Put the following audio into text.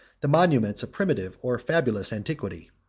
the monuments of primitive or fabulous antiquity.